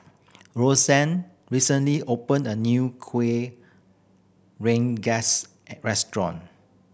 Rosann recently opened a new Kueh Rengas restaurant